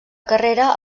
carrera